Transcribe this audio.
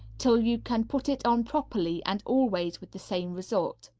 till you can put it on properly and always with the same result.